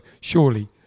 Surely